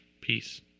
Peace